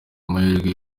amahirwe